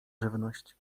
żywność